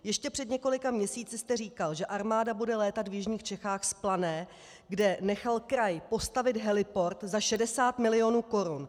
Ještě před několika měsíci jste říkal, že armáda bude létat v jižních Čechách z Plané, kde nechal kraj postavit heliport za 60 mil. korun.